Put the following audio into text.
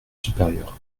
supérieur